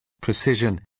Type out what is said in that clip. precision